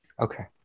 Okay